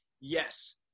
yes